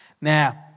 Now